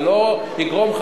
ולא לגרום,